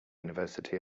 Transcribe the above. university